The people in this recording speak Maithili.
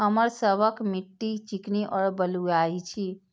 हमर सबक मिट्टी चिकनी और बलुयाही छी?